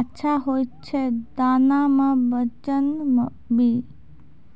अच्छा होय छै दाना मे वजन ब